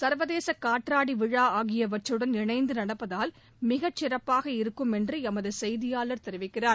சர்வதேச காற்றாடி விழா ஆகியவற்றுடன் இணைந்து நடப்பதால் மிகச்சிறப்பாக இருக்கும் என்று எமது செய்தியாளர் தெரிவிக்கிறார்